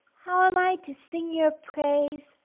how am i to sing your praise,